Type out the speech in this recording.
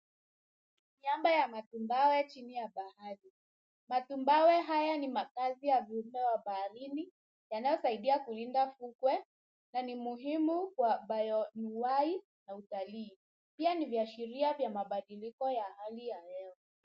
Miamba yamatumawe chini ya bahari matumawe haya ni makazi ya viumbe wa baharini yanayosaidia kulinda kukwe na ni muhimu kwa utalii pia ni viashiria kwa mabadiliko ya hali ya hewa.